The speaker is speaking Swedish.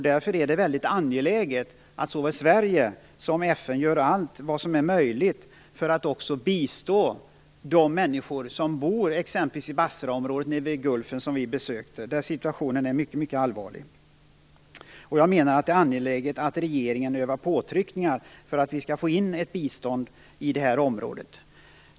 Därför är det mycket angeläget att såväl Sverige som FN gör allt som är möjligt att göra för att också bistå de människor som bor i exempelvis Basraområdet vid Gulfen och som vi besökte. Där är situationen mycket allvarlig. Jag menar att det är angeläget att regeringen utövar påtryckningar för att vi skall få in bistånd i området.